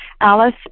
Alice